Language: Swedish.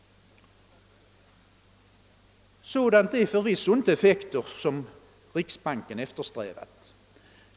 Sådant är förvisso inte effekter som riksbanken eftersträvar.